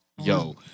Yo